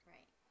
Right